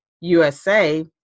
USA